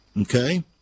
Okay